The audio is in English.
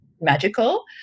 magical